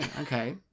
Okay